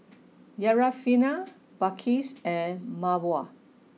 Syarafina Balqis and Mawar